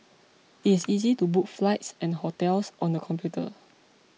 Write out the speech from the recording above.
it is easy to book flights and hotels on the computer